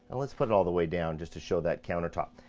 let's put it all the way down just to show that countertop.